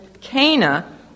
Cana